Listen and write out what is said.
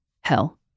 hell